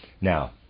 Now